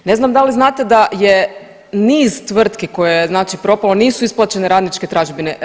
Ne znam da li znate da je niz tvrtki koje znači je propalo nisu isplaćene radničke tražbine.